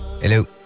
Hello